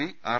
P R